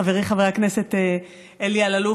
חברי חבר הכנסת אלי אלאלוף,